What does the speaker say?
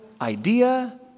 idea